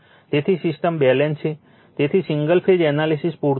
તેથી system balance છે તેથી સિંગલ ફેઝ એનાલિસીસ પૂરતું છે